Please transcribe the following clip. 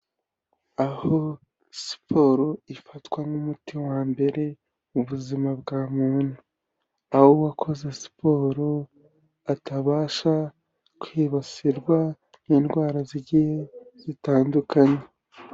Aho siporo ifatwa nk'umuti wa mbere mu buzima bwa muntu aho uwakoze siporo atabasha kwibasirwa n'indwara zigiye zitandukanye.